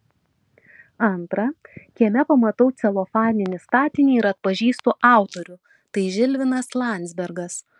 antra kieme pamatau celofaninį statinį ir atpažįstu autorių tai žilvinas landzbergas